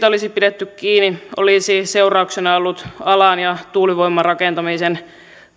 olisi pidetty kiinni olisi kyllä seurauksena ollut alan ja tuulivoimarakentamisen